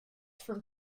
from